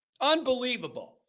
unbelievable